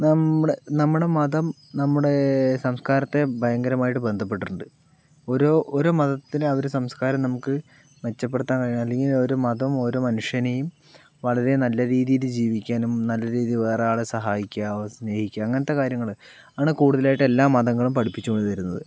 നമ്മുടെ നമ്മുടെ മതം നമ്മുടെ സംസ്കാരത്തെ ഭയങ്കരമായിട്ട് ബന്ധപ്പെട്ടിട്ടുണ്ട് ഒരു ഒരു മതത്തിന് ആ ഒരു സംസ്കാരം നമുക്ക് മെച്ചപ്പെടുത്താൻ അല്ലെങ്കിൽ ഒരു മതം ഒരു മനുഷ്യനേയും വളരെ നല്ല രീതിയിൽ ജീവിക്കാനും നല്ല രീതിയിൽ വേറെ ആളെ സഹായിക്കുക സ്നേഹിക്കുക അങ്ങനത്തെ കാര്യങ്ങള് ആണ് കൂടുതലായിട്ട് എല്ലാ മതങ്ങളും പഠിപ്പിച്ചു കൊടുത്തിരുന്നത്